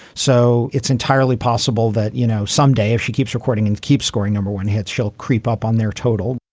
so it's entirely possible that, you know, someday if she keeps recording and keeps scoring, number one hits, she'll creep up on their total.